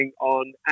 on